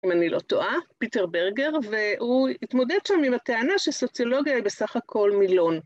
אם אני לא טועה, פיטר ברגר, והוא התמודד שם עם הטענה שסוציולוגיה היא בסך הכל מילון.